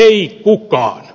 ei kukaan